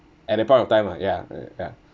at that point of time ah ya uh ya